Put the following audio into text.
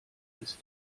ist